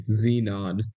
Xenon